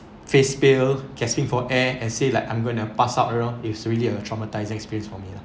face pale gasping for air and say like I'm gonna pass out you know is really a traumatising experience for me lah